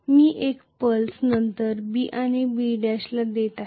मी एक पल्स नंतर B आणि B' देत आहे